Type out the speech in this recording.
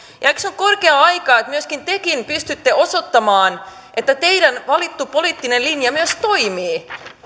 eikö ole korkea aika että myöskin te pystytte osoittamaan että teidän valittu poliittinen linja myös toimii